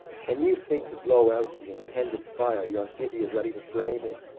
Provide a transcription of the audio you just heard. can you think to blow out the intended fire your city is ready to flame in,